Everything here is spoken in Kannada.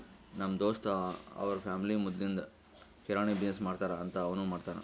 ನಮ್ ದೋಸ್ತ್ ಅವ್ರ ಫ್ಯಾಮಿಲಿ ಮದ್ಲಿಂದ್ ಕಿರಾಣಿ ಬಿಸಿನ್ನೆಸ್ ಮಾಡ್ತಾರ್ ಅಂತ್ ಅವನೂ ಮಾಡ್ತಾನ್